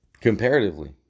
comparatively